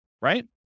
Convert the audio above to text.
right